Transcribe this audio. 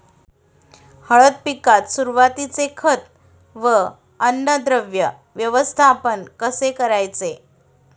हळद पिकात सुरुवातीचे खत व अन्नद्रव्य व्यवस्थापन कसे करायचे?